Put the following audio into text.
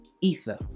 ether